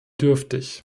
dürftig